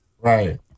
Right